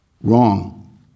wrong